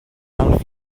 del